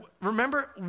remember